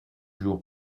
jour